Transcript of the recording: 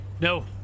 No